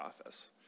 office